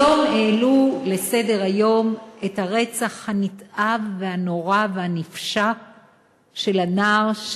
היום העלו לסדר-היום את הרצח הנתעב והנורא והנפשע של הנער,